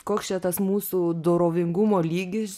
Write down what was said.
koks čia tas mūsų dorovingumo lygis